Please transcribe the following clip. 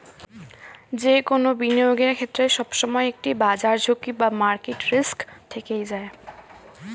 যে কোনো বিনিয়োগের ক্ষেত্রে, সবসময় একটি বাজার ঝুঁকি বা মার্কেট রিস্ক থেকেই যায়